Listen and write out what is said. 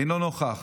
אינו נוכח,